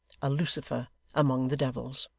a lucifer among the devils.